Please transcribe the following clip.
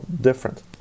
different